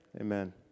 amen